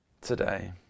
today